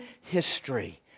history